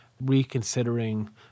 reconsidering